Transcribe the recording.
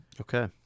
Okay